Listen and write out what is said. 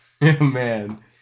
man